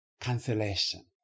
cancellation